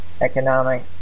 economic